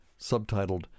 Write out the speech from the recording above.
subtitled